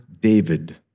David